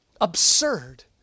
absurd